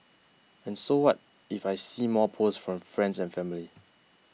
and so what if I see more posts from friends and family